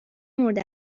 مورد